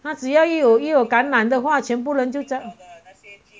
他只要一有一有感染的话全部人就糟